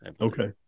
Okay